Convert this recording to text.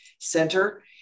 Center